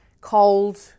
cold